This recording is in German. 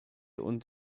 und